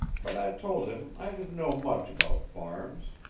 but i told him i didn't know much about farms.